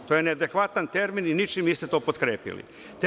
To je neadekvatan termin i ničim niste to potkrepili.